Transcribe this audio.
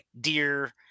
deer